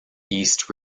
east